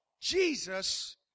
Jesus